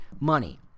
money